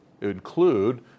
include